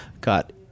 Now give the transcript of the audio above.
got